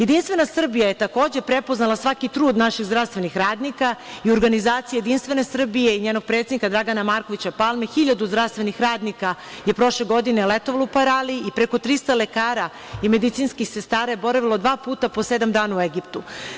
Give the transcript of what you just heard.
Jedinstvena Srbija je takođe prepoznala svaki trud naših zdravstvenih radnika i u organizaciji Jedinstvene Srbije i njenog predsednika Dragana Markovića Palme, hiljadu zdravstvenih radnika je prošle godine letovalo u Paraliji i preko 300 lekara i medicinskih sestara je boravilo dva puta po sedam dana u Egiptu.